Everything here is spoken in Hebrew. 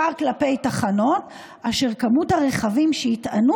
בעיקר כלפי תחנות אשר מספר הרכבים שיטענו